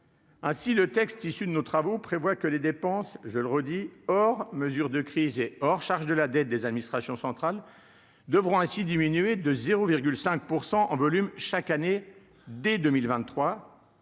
Ainsi, le texte issu de nos travaux prévoit que les dépenses, je le redis, hors mesures de crise et, hors charges de la dette des administrations centrales devront ainsi diminué de 0 5 % en volume chaque année dès 2023,